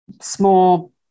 small